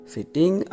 Sitting